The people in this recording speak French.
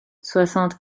soixante